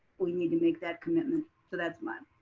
we need to make that commitment. so that's mine.